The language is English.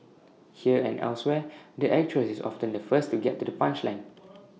here and elsewhere the actress is often the first to get to the punchline